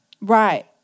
Right